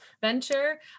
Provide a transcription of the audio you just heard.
venture